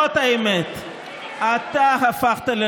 אתה הפכת, לפחות תגיד את האמת.